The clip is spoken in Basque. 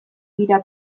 dira